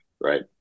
right